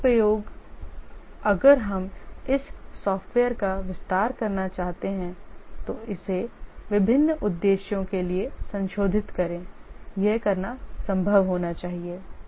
पुनर्प्रयोग अगर हम इस सॉफ़्टवेयर का विस्तार करना चाहते हैं तो इसे विभिन्न उद्देश्यों के लिए संशोधित करें यह करना संभव होना चाहिए